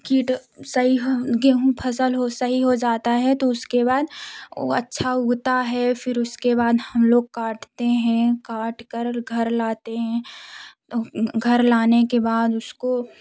कीट सही हो गेहूँ फसल हो सही हो जाता है तो उसके बाद वह अच्छा उगता है फ़िर उसके बाद हम लोग काटते हैं काट कर घर लाते हैं त घर लाने के बाद उसको